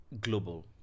global